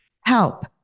Help